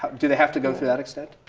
do they have to go through that extent?